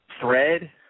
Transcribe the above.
thread